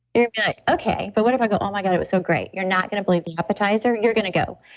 you're like, okay, but what um i go, oh my god, it was so great. you're not going to believe the appetizer you're going to go.